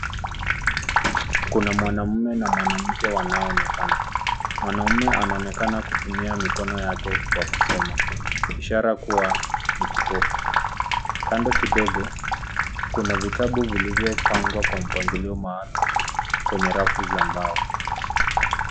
Kuna mwamume na mwanamke wanaonekana. Mwanaume anaonekana kutumia mikono yake kwa kusoma ishara kuwa ni kipofu. Kando kidogo kuna vitabu vilivyopangwa kwa mpangilio maalum kwenye rafu za mbao.